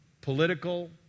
political